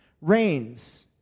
reigns